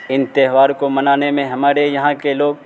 ان تہوار کو منانے میں ہمارے یہاں کے لوگ